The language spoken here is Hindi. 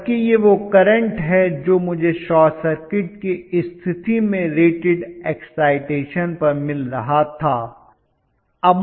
जबकि यह वह करंट है जो मुझे शॉर्ट सर्किट की स्थिति में रेटेड एक्साइटेशन पर मिल रहा था